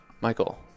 Michael